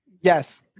yes